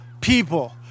people